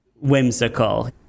whimsical